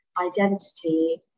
identity